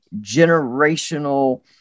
generational